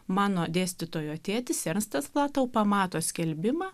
mano dėstytojo tėtis ernstas flatau pamato skelbimą